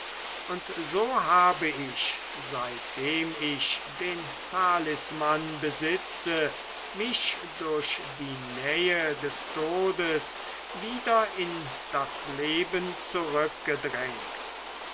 und so habe ich seitdem ich den talisman besitze mich durch die nähe des todes wieder in das leben zurückgedrängt